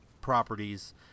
properties